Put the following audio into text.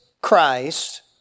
Christ